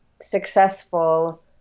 successful